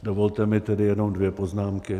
Dovolte mi tedy jenom dvě poznámky.